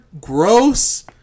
gross